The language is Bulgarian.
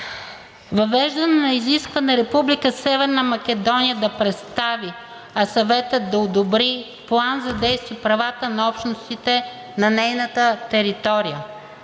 Въвеждане на изискване Република Северна Македония да представи, а Съветът да одобри План за действие и правата на общностите на нейната територия.